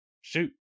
Shoot